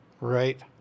right